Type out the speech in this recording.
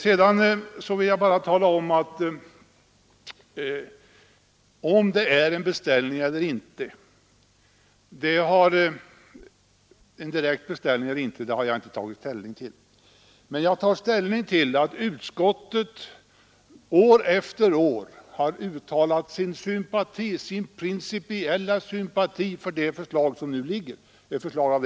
Jag vill bara tala om, att om det här är en direkt beställning eller inte har jag inte tagit ställning till. Men jag har tagit ställning till det förhållandet att utskottet år efter år har uttalat sin principiella sympati för förslag av samma typ som det som nu föreligger.